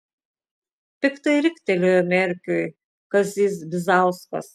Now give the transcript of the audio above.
piktai riktelėjo merkiui kazys bizauskas